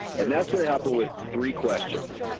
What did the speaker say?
and that's what happened with three questions.